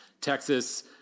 Texas